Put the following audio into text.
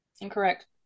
Incorrect